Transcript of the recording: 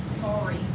Sorry